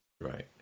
right